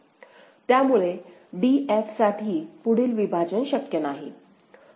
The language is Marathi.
त्यामुळेच d f साठी पुढील विभाजन शक्य नाही